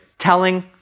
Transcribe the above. Telling